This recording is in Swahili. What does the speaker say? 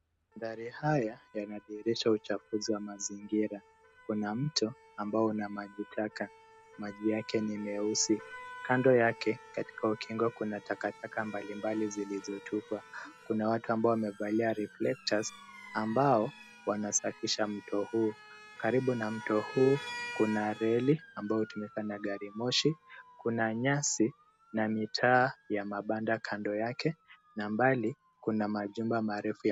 Mandhari haya yanadhihirisha uchafuzi wa mazingira, Kuna mto ambao una maji taka maji yake ni meusi, Kando yake katika ukingo kuna takataka mbalimbali zilizotupwa, Kuna watu ambao wamevalia[ reflectors] ambao wanasafisha mto huu, karibu na mto huu kuna reli ambayo tumefanya gari moshi, Kuna nyasi na mitaa ya mabanda kando yake na mbali kuna majumba marefu.